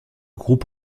groupe